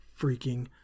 freaking